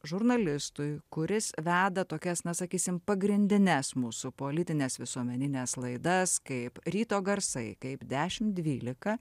žurnalistui kuris veda tokias na sakysim pagrindines mūsų politines visuomenines laidas kaip ryto garsai kaip dešim dvylika